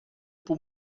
por